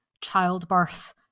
childbirth